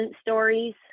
stories